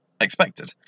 expected